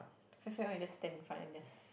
fat fat one you just stand in front and there's